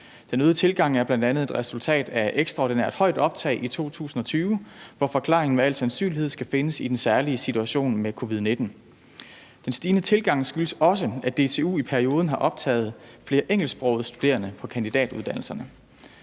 Den øgede tilgang er bl.a. et resultat af et ekstraordinært højt optag i 2020, hvor forklaringen med al sandsynlighed skal findes i den særlige situation med covid-19. Den stigende tilgang skyldes også, at DTU i perioden har optaget flere engelsksprogede studerende på kandidatuddannelserne.